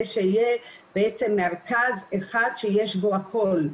זה שיהיה בעצם מרכז אחד שיש בו הכול,